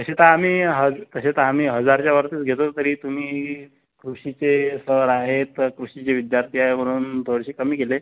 तसे तर आम्ही हज तसे तर आम्ही हजारच्यावरतीच घेतो तरी तुम्ही कृषीचे सर आहेत कृषीचे विद्यार्थी आहे म्हणून थोडेसे कमी केले